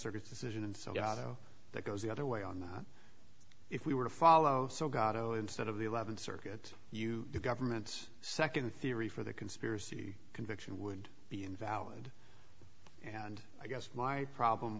circuit decision and so yeah though that goes the other way on that if we were to follow so gado instead of the eleventh circuit you the government's second theory for the conspiracy conviction would be invalid and i guess my problem